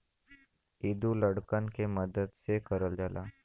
इ दू लड़कन के मदद से करल जाला